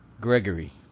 Gregory